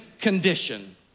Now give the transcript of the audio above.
condition